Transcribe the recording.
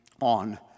on